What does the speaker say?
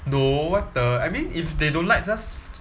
no what the I mean if they don't like just